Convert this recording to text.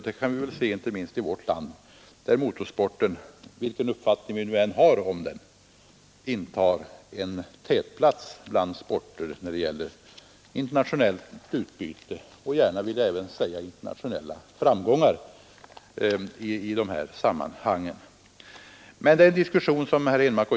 Det kan vi se inte minst i vårt land där motorsporten — vilken uppfattning vi nu än har om den — intar en tätplats bland sporter när det gäller internationellt utbyte och, vill jag även säga, internationella framgångar.